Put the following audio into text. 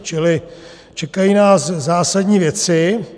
Čili čekají nás zásadní věci.